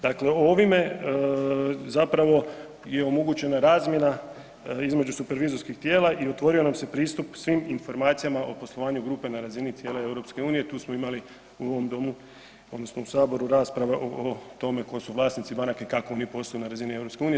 Dakle ovime zapravo je omogućena razmjena između supervizorskih tijela i otvorio nam se pristup svim informacijama o poslovanju grupe na razini cijele EU, tu smo imali u ovom Domu, odnosno u Saboru rasprave o tome tko su vlasnici banaka i kako mi poslujemo na razini EU.